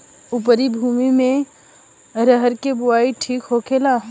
उपरी भूमी में अरहर के बुआई ठीक होखेला?